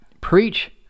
preach